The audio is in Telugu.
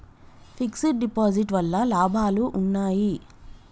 ఫిక్స్ డ్ డిపాజిట్ వల్ల లాభాలు ఉన్నాయి?